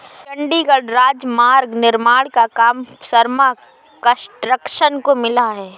चंडीगढ़ राजमार्ग निर्माण का काम शर्मा कंस्ट्रक्शंस को मिला है